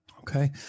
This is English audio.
Okay